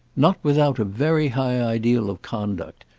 not without a very high ideal of conduct.